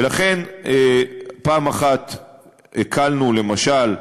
ולכן, פעם אחת הקלנו, למשל,